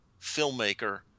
filmmaker